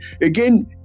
Again